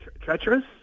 treacherous